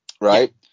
Right